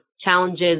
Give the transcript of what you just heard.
challenges